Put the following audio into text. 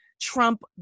Trump